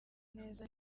neza